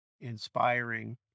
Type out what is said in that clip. inspiring